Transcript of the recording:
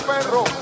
perro